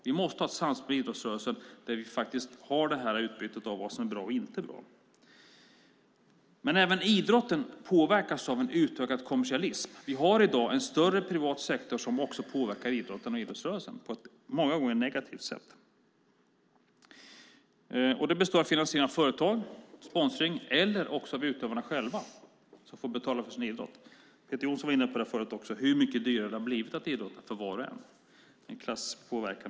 Vi måste ha ett samspel med idrottsrörelsen där vi tar fram vad som är bra och vad som inte är bra. Även idrotten påverkas av en utökad kommersialism. Vi har i dag en större privat sektor som också påverkar idrotten och idrottsrörelsen på ett många gånger negativt sätt. Det består av finansiering från företag, det vill säga sponsring, eller från utövarna själva som får betala för sin idrott. Peter Johnsson var tidigare inne på hur mycket dyrare det har blivit för var och en att idrotta.